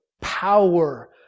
power